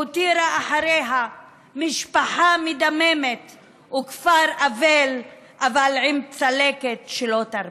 שהותירה אחריה משפחה מדממת וכפר אבל עם צלקת שלא תרפה,